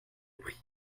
prix